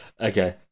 Okay